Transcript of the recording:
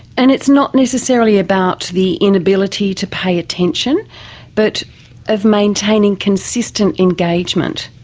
and it's not necessarily about the inability to pay attention but of maintaining consistent engagement.